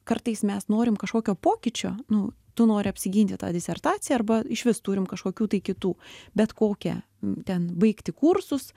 kartais mes norim kažkokio pokyčio nu tu nori apsiginti tą disertaciją arba išvis turim kažkokių tai kitų bet kokią ten baigti kursus